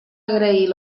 agrair